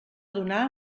donar